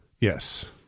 Yes